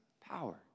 power